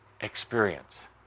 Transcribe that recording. experience